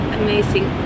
amazing